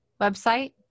website